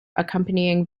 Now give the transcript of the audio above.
accompanying